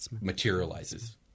materializes